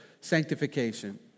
sanctification